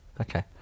okay